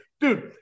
dude